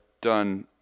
done